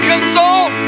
consult